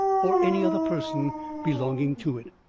or any other person belonging to it.